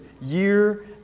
year